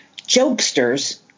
jokesters